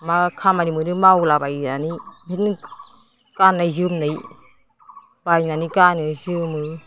मा खामानि मोनो मावला बायनानै बेनो गाननाय जोमनाय बायनानै गानो जोमो